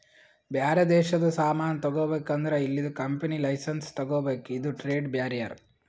ಬ್ಯಾರೆ ದೇಶದು ಸಾಮಾನ್ ತಗೋಬೇಕ್ ಅಂದುರ್ ಇಲ್ಲಿದು ಕಂಪನಿ ಲೈಸೆನ್ಸ್ ತಗೋಬೇಕ ಇದು ಟ್ರೇಡ್ ಬ್ಯಾರಿಯರ್